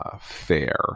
fair